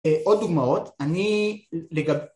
‫עוד דוגמאות, אני...